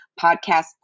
podcast